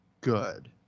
good